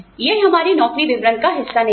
यह हमारे नौकरी विवरण का हिस्सा नहीं है